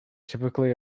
typically